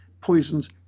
poisons